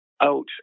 out